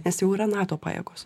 nes jau yra nato pajėgos